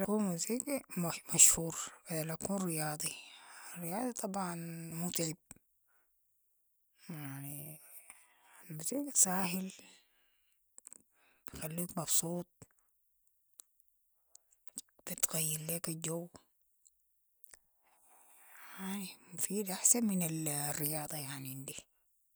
اكون مسيقي مشهور بدل اكون رياضي، الرياضي طبعا متعب، يعني الموسيقى ساهل، بخليك مبسوط، بتغير ليك الجو، مفيد احسن من ال رياضة يعني عندي.